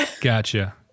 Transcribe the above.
Gotcha